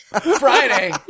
Friday